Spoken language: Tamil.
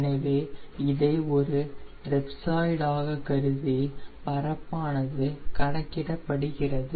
எனவே இதை ஒரு ட்ரெப்சாய்டு ஆக கருதி பரப்பானது கணக்கிடப்படுகிறது